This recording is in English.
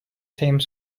same